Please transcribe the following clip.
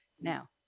Now